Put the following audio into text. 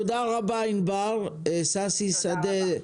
תודה רבה ענבר, ששי שדה,